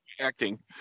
acting